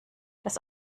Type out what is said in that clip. das